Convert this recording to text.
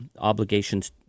obligations